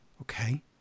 Okay